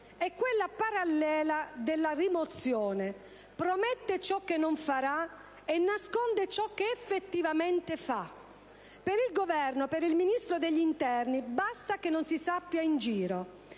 e quella parallela della rimozione: promette ciò che non farà e nasconde ciò che effettivamente fa. Per il Governo, per il Ministro dell'interno, basta che non si sappia in giro: